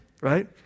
Right